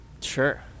Sure